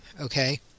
okay